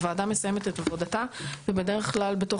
הוועדה מסיימת את עבודתה ובדרך כלל בתוך